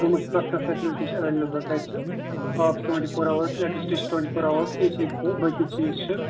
روٗمَس چھِ پرٛتھ کانٛہہ فیٚسلٹی چھےٚ ایٚولیبٕل تَتہِ چھُ آب چھُ twenty four hours electricity چھِ ٹُونٹی فوٚر اوٲرٕس تہٕ چھِ باقٕے چیٖز چھِ